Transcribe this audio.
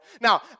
Now